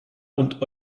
und